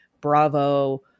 Bravo